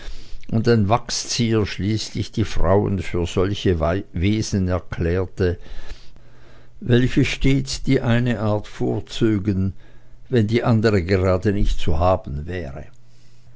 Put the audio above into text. und ein wachszieher schließlich die frauen für solche wesen erklärte welche stets die eine art vorzögen wenn die andere gerade nicht zu haben wäre